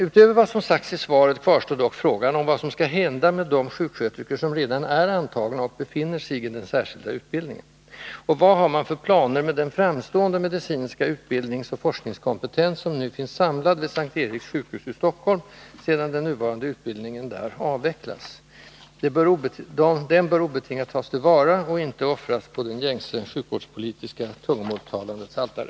Utöver vad som sagts i svaret kvarstår dock frågan om vad som skall hända med de sjuksköterskor som redan är antagna och befinner sig i den särskilda utbildningen. Och vad har man för planer med den framstående medicinska utbildningsoch forskningskompetens som nu finns samlad vid S:t Eriks sjukhus i Stockholm, sedan den nuvarande utbildningen där avvecklats? Den bör obetingat tas till vara och inte offras på det gängse sjukvårdspolitiska tungomålstalandets altare.